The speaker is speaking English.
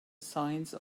signs